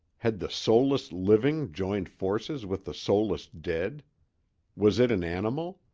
had the soulless living joined forces with the soulless dead was it an animal?